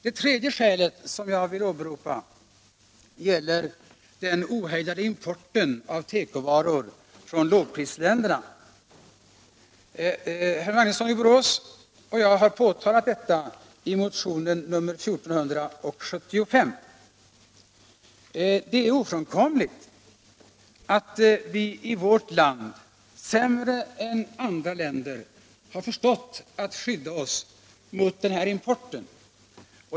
Det tredje skälet som jag vill åberopa är den ohejdade importen av tekovaror från lågprisländerna. Herr Magnusson i Borås och jag har påtalat detta i motionen 1475. Det är ofrånkomligt att vi i vårt land sämre än vad man har gjort i andra länder har förstått att skydda oss mot den här importen.